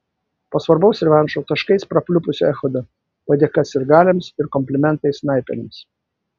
po svarbaus revanšo taškais prapliupusio echodo padėka sirgaliams ir komplimentai snaiperiams